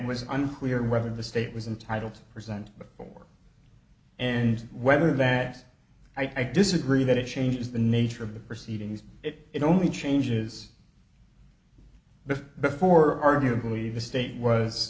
was unclear whether the state was entitled to present or and whether that i disagree that it changes the nature of the proceedings it only changes but before arguably the state was